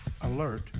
Alert